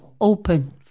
open